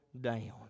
down